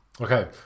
Okay